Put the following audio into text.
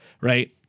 right